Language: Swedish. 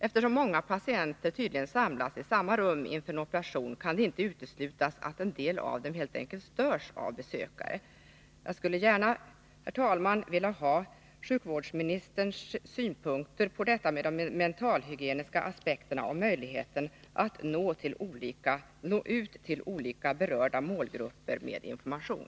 Eftersom många patienter tydligen samlas i samma rum inför en operation, kan det inte uteslutas att en del av dem helt enkelt störs av besökare. Jag skulle, herr talman, gärna vilja ha sjukvårdsministerns synpunkter på att minska behovet av sluten psykiatrisk vård detta med de mentalhygieniska aspekterna och på möjligheten att nå ut till olika berörda målgrupper med information.